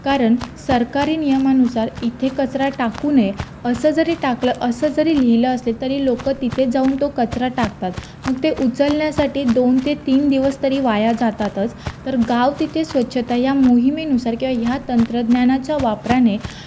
कारण सरकारी नियमानुसार इथे कचरा टाकू नये असं जरी टाकलं असं जरी लिहिलं असेल तरी लोकं तिथेच जाऊन तो कचरा टाकतात मग ते उचलण्यासाठी दोन ते तीन दिवस तरी वाया जातातच तर गाव तिथे स्वच्छता या मोहिमेनुसार किंवा या तंत्रज्ञानाच्या वापराने